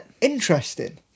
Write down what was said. interesting